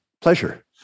pleasure